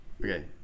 Okay